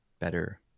better